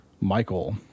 Michael